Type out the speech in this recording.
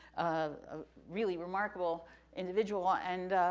a really remarkable individual, and,